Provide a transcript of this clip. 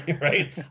right